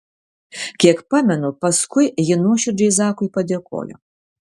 kiek pamenu paskui ji nuoširdžiai zakui padėkojo